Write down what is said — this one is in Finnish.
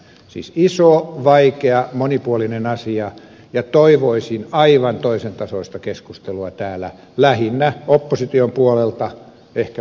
siis iso vaikea monipuolinen asia ja toivoisin aivan toisen tasoista keskustelua täällä lähinnä opposition puolelta ehkä vähän muiltakin